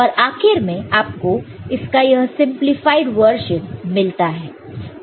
और आखिर में आपको इसका यह सिंपलीफाइड वर्जन मिलता है